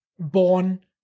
born